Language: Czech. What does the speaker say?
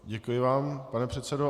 Děkuji vám, pane předsedo.